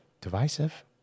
divisive